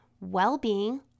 well-being